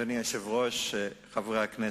אדוני היושב-ראש, חברי הכנסת,